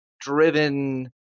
driven